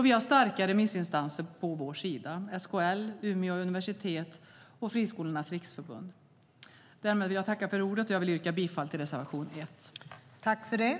Vi har starka remissinstanser på vår sida: SKL, Umeå universitet och Friskolornas riksförbund.